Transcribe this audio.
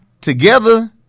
together—